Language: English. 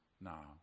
now